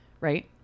right